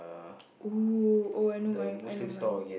oh oh I know mine I know mine